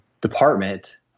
department